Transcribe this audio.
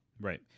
Right